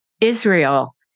Israel